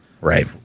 right